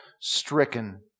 stricken